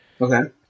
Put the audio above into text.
Okay